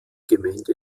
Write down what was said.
gemeinde